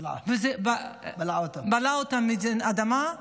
בלעה אותם האדמה,